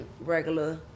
regular